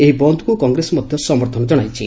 ଏହି ବନ୍ଦକୁ କଂଗ୍ରେସ ମଧ୍ୟ ସମର୍ଥନ ଜଣାଇଛି